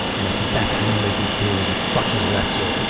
and i said, that's how you made me feel when you fucking left me. and